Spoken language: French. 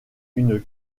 une